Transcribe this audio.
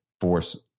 force